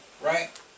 Right